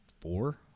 four